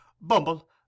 Bumble